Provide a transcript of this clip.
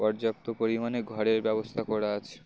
পর্যাপ্ত পরিমাণে ঘরের ব্যবস্থা করা আছে